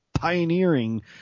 pioneering